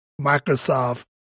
Microsoft